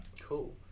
Cool